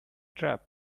trap